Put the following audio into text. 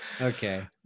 Okay